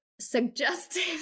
suggested